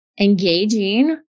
engaging